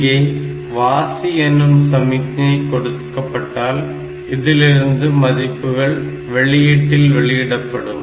இங்கே வாசி என்னும் சமிக்ஞை கொடுக்கப்பட்டால் இதிலிருந்து மதிப்புகள் வெளியீட்டில் வெளியிடப்படும்